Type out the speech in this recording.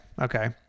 Okay